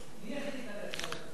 מי החליט ללכת לאופוזיציה?